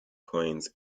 coins